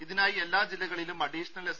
ഇതിനായി എല്ലാ ജില്ലകളിലും അഡീഷണൽ എസ്